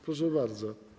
Proszę bardzo.